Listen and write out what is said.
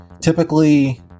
typically